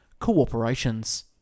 cooperations